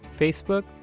Facebook